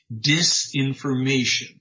disinformation